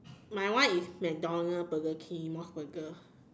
my one is McDonald's Burger King mos Burger